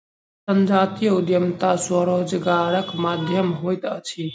संजातीय उद्यमिता स्वरोजगारक माध्यम होइत अछि